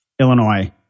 Illinois